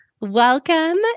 Welcome